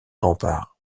remparts